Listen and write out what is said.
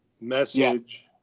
message